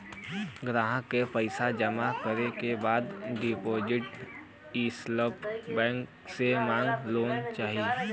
ग्राहक के पइसा जमा करे के बाद डिपाजिट स्लिप बैंक से मांग लेना चाही